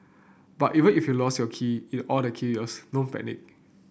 but even if you've lost your key in all the chaos don't panic